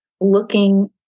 looking